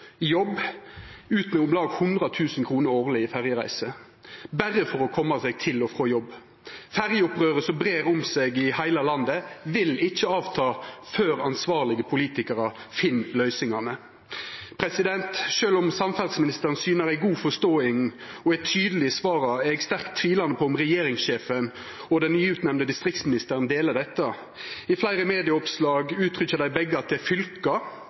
med om lag 100 000 kr årleg i ferjereiser berre for å koma seg til og frå jobb. Ferjeopprøret som brer seg i heile landet, vil ikkje dempa seg før ansvarlege politikarar finn løysingar. Sjølv om samferdselsministeren syner ei god forståing og er tydeleg i svara, er eg sterkt tvilande til om regjeringssjefen og den nyleg utnemnde distriktsministeren deler dette synet. I fleire medieoppslag uttrykkjer dei begge at dette er fylka